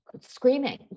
screaming